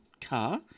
car